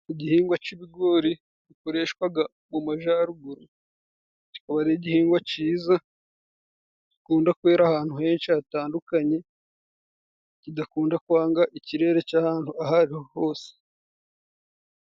Igihingwa cy'ibogori bikoreshwa mu majyaruguru. Akaba ari gihingwa cyiza gikunda kwera ahantu henshi hatandukanye. Ni igihingwa kidakunda kwanga ikirere cy'ahantu aho ariho hose.